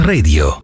Radio